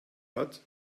hat